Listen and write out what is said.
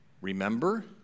remember